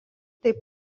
taip